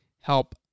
help